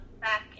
back